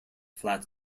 flat